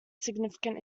significant